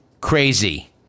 crazy